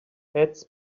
heads